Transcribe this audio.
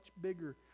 bigger